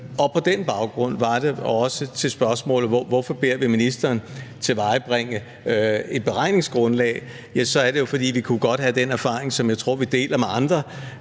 Og på den baggrund var det, at svaret på spørgsmålet om, hvorfor vi beder ministeren tilvejebringe et beregningsgrundlag, er, at vi godt kunne have den erfaring, som jeg tror vi deler med andre,